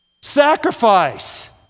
Sacrifice